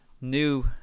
new